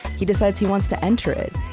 he decides he wants to enter it.